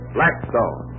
Blackstone